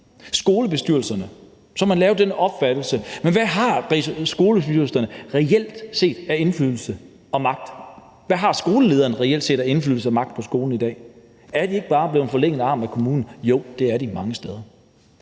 Skolebestyrelserne. Hvad har skolebestyrelserne reelt set af indflydelse og magt? Hvad har skolelederen reelt set af indflydelse og magt på skolen i dag? Er de ikke bare blevet en forlænget arm af kommunen? Jo, det er de mange steder.